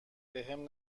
بهم